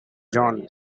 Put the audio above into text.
john